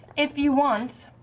if you want,